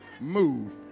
move